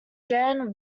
jan